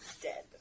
dead